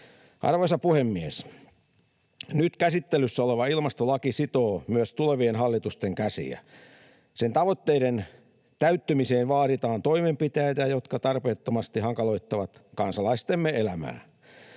Arvoisa puhemies! Nyt käsittelyssä oleva ilmastolaki sitoo myös tulevien hallitusten käsiä. Sen tavoitteiden täyttymiseen vaaditaan toimenpiteitä, jotka tarpeettomasti hankaloittavat kansalaistemme elämää.